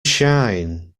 shine